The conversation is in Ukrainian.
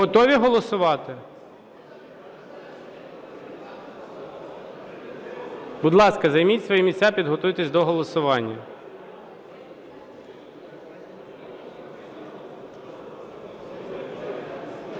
Готові голосувати? Будь ласка, займіть свої місця. Підготуйтесь до голосування.